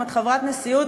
אם את חברת נשיאות,